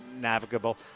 navigable